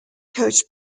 coached